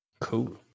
Cool